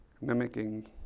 mimicking